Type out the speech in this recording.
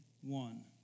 one